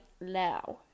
now